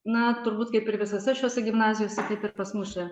na turbūt kaip ir visose šiose gimnazijose taip ir pas mus čia